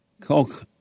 Coke